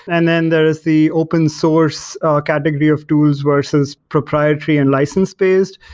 and then there is the open source category of tools versus proprietary and license-based.